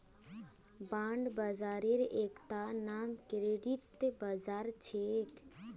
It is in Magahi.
बांड बाजारेर एकता नाम क्रेडिट बाजार छेक